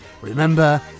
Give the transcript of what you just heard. Remember